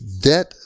Debt